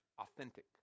authentic